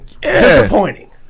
disappointing